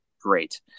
great